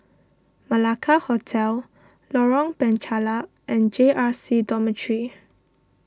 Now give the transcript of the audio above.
Malacca Hotel Lorong Penchalak and J R C Dormitory